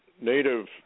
native